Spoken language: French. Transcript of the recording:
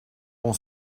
bon